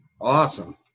Awesome